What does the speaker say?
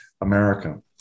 America